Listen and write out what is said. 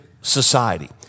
society